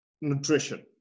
nutrition